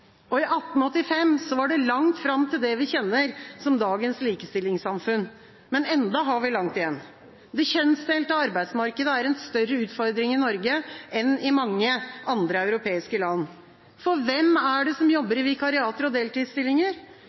I 1885 var det langt fram til det vi kjenner som dagens likestillingssamfunn. Men enda har vi langt igjen. Det kjønnsdelte arbeidsmarkedet er en større utfordring i Norge enn i mange andre europeiske land. For hvem er det som jobber i vikariater og deltidsstillinger?